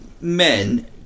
men